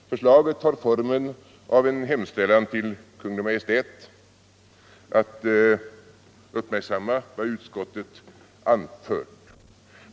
Förslaget har formen av en hemställan till Kungl. Maj:t att uppmärksamma vad utskottet anfört.